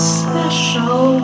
special